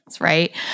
right